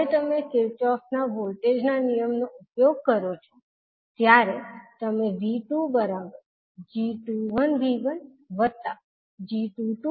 જ્યારે તમે કિર્ચહોફના વોલ્ટેજના નિયમનો ઉપયોગ કરો છો ત્યારે તમે V2g21V1g22I2 લખી શકશો